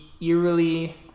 eerily